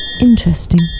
Interesting